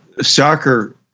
soccer